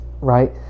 right